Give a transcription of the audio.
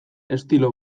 estilo